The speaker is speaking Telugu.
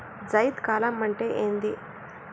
జైద్ కాలం అంటే ఏంది?